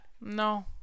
No